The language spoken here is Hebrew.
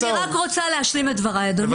אני רק רוצה להשלים את דבריי, אדוני.